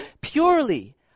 purely